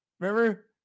Remember